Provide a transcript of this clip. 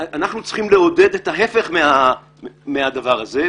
אנחנו צריכים לעודד ההפך מהדבר הזה.